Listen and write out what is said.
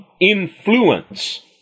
influence